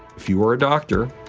if you were a doctor,